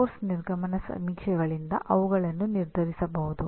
ಪಠ್ಯಕ್ರಮದ ನಿರ್ಗಮನ ಸಮೀಕ್ಷೆಗಳಿಂದ ಅವುಗಳನ್ನು ನಿರ್ಧರಿಸಬಹುದು